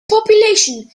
population